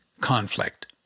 conflict